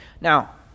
Now